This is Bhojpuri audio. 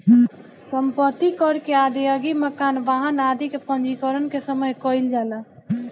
सम्पत्ति कर के अदायगी मकान, वाहन आदि के पंजीकरण के समय कईल जाला